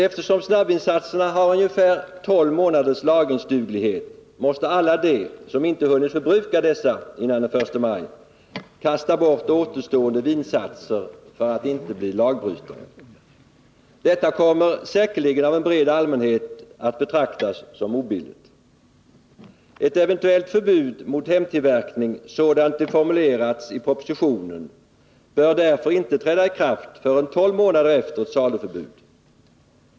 Eftersom snabbvinsatserna har ungefär tolv månaders lagringsduglighet, måste alla de som inte hunnit förbruka dessa före den 1 maj kasta bort återstående vinsatser för att inte bli lagbrytare. Detta kommer säkerligen av en bred allmänhet att betraktas som obilligt. Ett eventuellt förbud mot hemtillverkning sådant det formulerats i propositionen bör därför inte träda i kraft förrän tolv månader efter ett saluförbud.